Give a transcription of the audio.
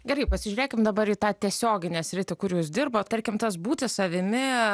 gerai pasižiūrėkim dabar į tą tiesioginę sritį kur jūs dirbot tarkim tas būti savimi